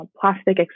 plastic